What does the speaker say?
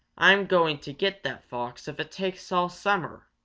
i'm going to get that fox if it takes all summer!